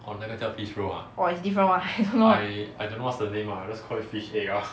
orh is different ah I don't know lah